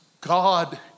God